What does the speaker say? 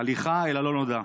הליכה אל הלא-נודע.